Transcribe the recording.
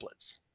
templates